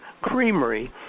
Creamery